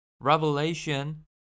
Revelation